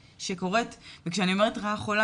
שקורית וכשאני אומרת רעה חולה,